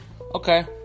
Okay